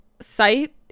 site